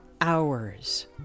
hours